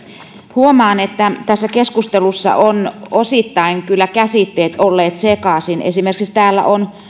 huomaan että tässä keskustelussa ovat osittain kyllä käsitteet olleet sekaisin esimerkiksi täällä on